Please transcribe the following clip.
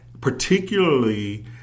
particularly